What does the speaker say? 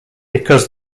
because